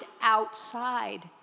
outside